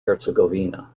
herzegovina